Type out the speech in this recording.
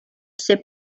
ser